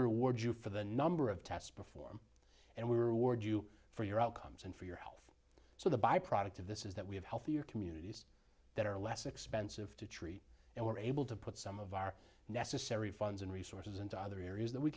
reward you for the number of tests before and we were warned you for your outcomes and for your health so the byproduct of this is that we have healthier communities that are less expensive to treat and we're able to put some of our necessary funds and resources into other areas that we